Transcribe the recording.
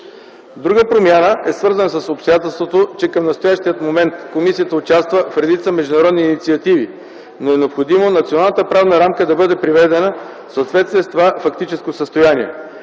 Друга промяна е свързана с обстоятелството, че към настоящия момент комисията участва в редица международни инициативи, но е необходимо националната правна рамка да бъде приведена в съответствие с това фактическо състояние.